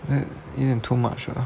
有点 too much ah